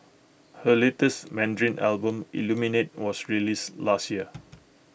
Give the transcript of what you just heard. her latest Mandarin Album Illuminate was released last year